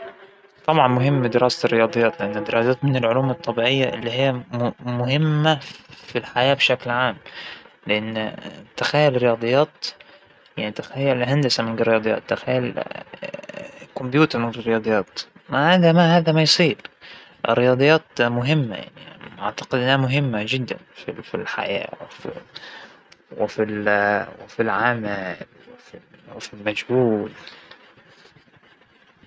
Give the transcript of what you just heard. مهم جداً إنه ندرس الإقتصاد وعلوم المالية وال وهذى الشغلات، لإنه هاى اا هاى العلوم هى اللى بيقوم عليها إقتصاد الأفراد الصغير وإقتصاد الدول الكبرى، هاى هى التنمية وهذا أساس ال- التقدم والإزدهار بالمجتمع إنه إحنا ندرس أسباب الصعب وأسباب القوة تبع الإقتصاد.